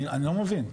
אני לא מבין.